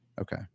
okay